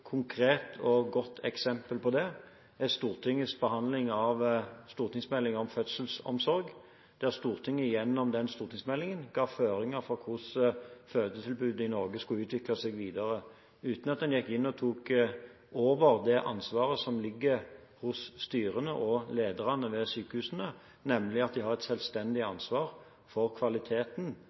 konkret og godt eksempel på det er Stortingets behandling av stortingsmeldingen om fødselsomsorg. Gjennom den stortingsmeldingen ga Stortinget føringer for hvordan fødetilbudene i Norge skulle utvikle seg videre, uten at en gikk inn og tok over det ansvaret som ligger hos styrene og lederne ved sykehusene. De har et selvstendig ansvar for kvaliteten